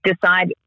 decide